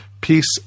Peace